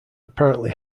apparently